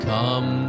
Come